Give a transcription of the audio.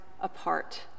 apart